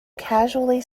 casually